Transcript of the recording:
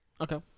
okay